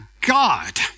God